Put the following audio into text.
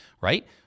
right